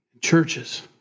churches